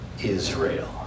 Israel